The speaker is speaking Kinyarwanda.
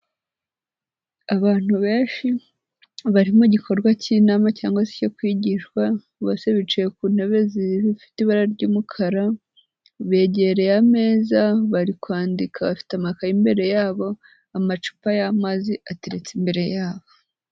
Abantu benshi bari mu igikorwa cy'inama cyangwa se icyo kwigishwa, bose bicaye ku ntebe zifite ibara ry'umukara, begereye ameza bari kwandika bafite amakayi imbere yabo, amacupa y'amazi ateretse imbere yabo.